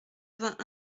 vingt